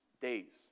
days